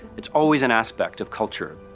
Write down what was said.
it's always an aspect of culture.